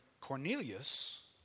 Cornelius